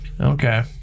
Okay